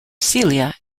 celia